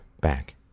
back